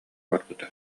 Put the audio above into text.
барбыта